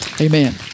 amen